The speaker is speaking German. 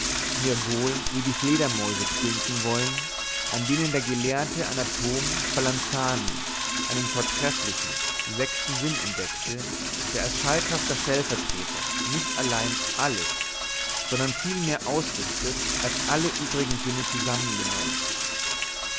mir wohl wie die fledermäuse bedünken wollen an denen der gelehrte anatom spalanzani einen vortrefflichen sechsten sinn entdeckte der als schalkhafter stellvertreter nicht allein alles sondern viel mehr ausrichtet als alle übrige sinne zusammengenommen